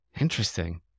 Interesting